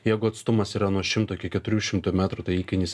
jeigu atstumas yra nuo šimto iki keturių šimtų metrų tai įkainis